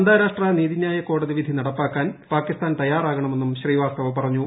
അന്താരാഷ്ട്ര നീതിന്യായ കോടതിവിധി നടപ്പാക്കാൻ പാകിസ്ഥാൻ തയ്യാറാകണമെന്നും ശ്രീവാസ്തവ പറഞ്ഞു